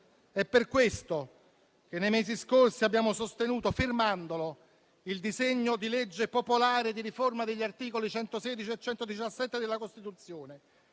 È per questo che nei mesi scorsi abbiamo sostenuto, firmandolo, il disegno di legge popolare di riforma degli articoli 116 e 117 della Costituzione,